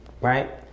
Right